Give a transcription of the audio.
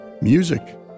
music